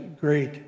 great